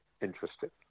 interested